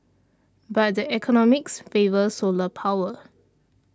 but the economics favour solar power